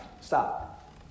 Stop